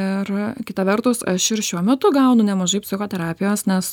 ir kita vertus aš ir šiuo metu gaunu nemažai psichoterapijos nes